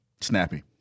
Snappy